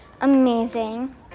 Amazing